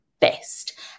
best